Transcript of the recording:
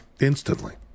instantly